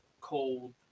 cold